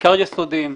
בעיקר יסודיים,